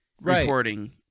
reporting